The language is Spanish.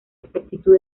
exactitud